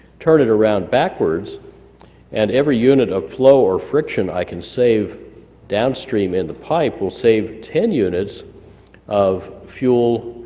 turn it around backwards and every unit of flow or friction i can save downstream in the pipe will save ten units of fuel,